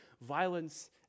violence